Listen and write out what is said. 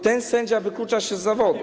Ten sędzia wyklucza się z zawodu.